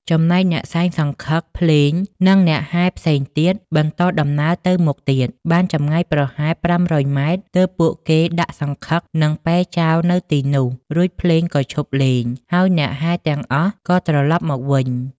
ចំណែកអ្នកសែងសង្ឃឹក ភ្លេង និងអ្នកហែផ្សេងទៀតបន្តដំណើរទៅមុខទៀត បានចម្ងាយប្រហែល ៥០០ ម៉ែត្រ ទើបពួកគេដាក់សង្ឃឹកនិងពែចោលនៅទីនោះ រួចភ្លេងក៏ឈប់លេង ហើយអ្នកហែទាំងអស់ក៏ត្រឡប់មកវិញ។